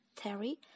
Terry